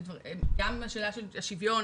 גם השאלה של השוויון